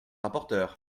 rapporteur